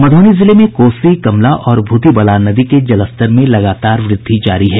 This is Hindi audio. मध्रबनी जिले में कोसी कमला और भूतही बलान नदी के जलस्तर में लगातार वृद्धि जारी है